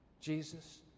Jesus